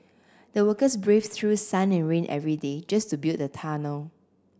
the workers braved through sun and rain every day just to build the tunnel